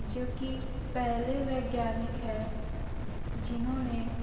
जो कि पहले वैज्ञानिक है जिन्होंने